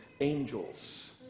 angels